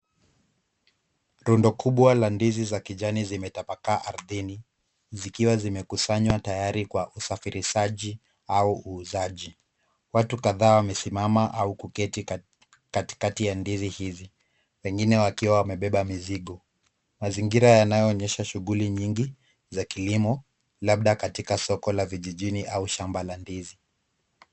Rundo kubwa la ndizi za kijani zimetapakaa ardhini, zikiwa zimekusanywa tayari kwa usafirishaji au uuzaji. Watu kadhaa wamesimama au kuketi katikati ya ndizi hizi, wengine wakiwa wamebeba mizigo. Mazingira yanayoonyesha shughuli nyingi za kilimo labda katika soko la vijijini au shamba la ndizi.